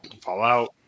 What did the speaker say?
Fallout